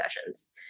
sessions